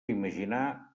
imaginar